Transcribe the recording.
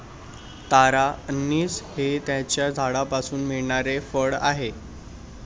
तारा अंनिस हे त्याच्या झाडापासून मिळणारे फळ आहे